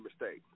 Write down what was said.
mistake